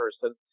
person